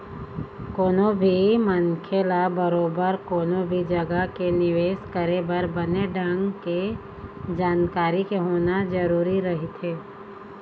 कोनो भी मनखे ल बरोबर कोनो भी जघा के निवेश करे बर बने ढंग के जानकारी के होना जरुरी रहिथे